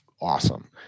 awesome